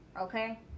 okay